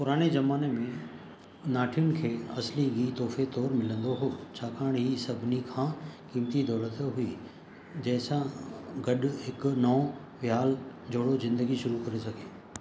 पुराणे ज़माने में नाठियुनि खे असली गिहु तोहफ़े तोर मिलंदो हुओ छाकाणि ई सभिनी खां क़ीमती दौलत हुई जंहिं सां गडु॒ हिकु नओं विहाल जोड़ो ज़िंदगी शुरु करे सघे